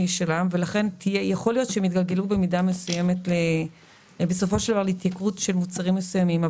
ויכול להיות שבמידה מסוימת זה יתגלגל להתייקרות של מוצרים מסוימים.